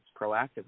proactively